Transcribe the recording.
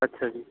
ਅੱਛਾ ਜੀ